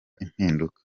impinduka